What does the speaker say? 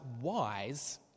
wise